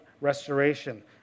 Restoration